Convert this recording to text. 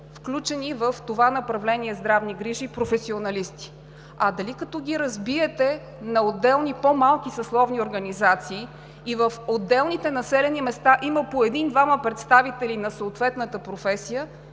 включени в това направление „Здравни грижи“, професионалисти. А дали като ги разбиете на отделни по-малки съсловни организации и в отделните населени места има по един-двама представители на съответната професия,